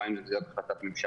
או האם זו החלטת ממשלה,